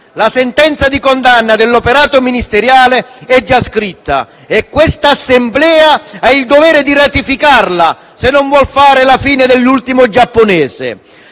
La sentenza di condanna dell'operato ministeriale, colleghe e colleghi, allora è già scritta e questa Assemblea ha il dovere di ratificarla, se non vuol fare la fine dell'ultimo giapponese.